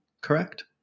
correct